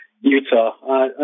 Utah